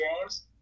games